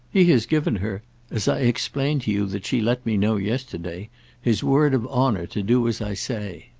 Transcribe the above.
he has given her as i explained to you that she let me know yesterday his word of honour to do as i say.